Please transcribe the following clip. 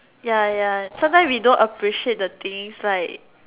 ya ya sometimes we don't appreciate the things like